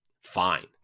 fine